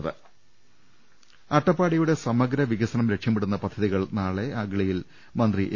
്്്്്്് അട്ടപ്പാടിയുടെ സമഗ്രവികസനം ലക്ഷ്യമിടുന്ന പദ്ധതികൾ നാളെ അഗളിയിൽ മന്ത്രി എ